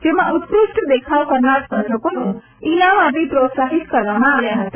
જેમાં ઉત્કૃષ્ટ દેખાવ કરનાર સ્પર્ધકોને ઇનામ આપી પ્રોત્સાહિત કરવામાં આવ્યા હતા